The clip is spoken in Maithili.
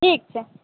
ठीक छै